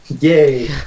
Yay